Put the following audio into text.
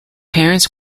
parents